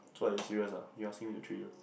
so are you serious ah you asking me to treat you